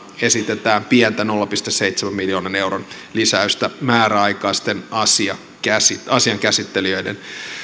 esitetään pientä nolla pilkku seitsemän miljoonan euron lisäystä määräaikaisten asiankäsittelijöiden